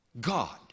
god